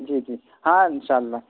جی جی ہاں انشاء اللہ